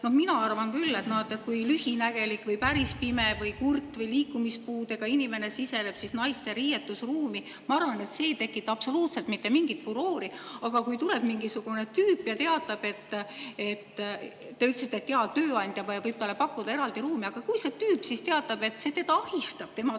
mina arvan küll, et kui lühinägelik või päris pime või kurt või liikumispuudega inimene siseneb naiste riietusruumi, ei tekita see absoluutselt mitte mingit furoori, aga kui tuleb mingisugune tüüp ja teatab ... Te ütlesite, et tööandja võib talle pakkuda eraldi ruumi. Aga kui see tüüp teatab, et teda ahistab tema töökohas